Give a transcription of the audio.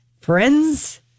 Friends